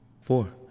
Four